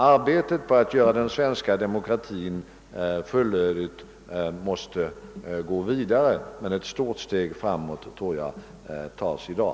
Arbetet på att göra den svenska demokratin fullödig måste gå vidare, men ett stort steg framåt tas i dag.